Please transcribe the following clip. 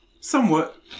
Somewhat